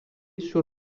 sur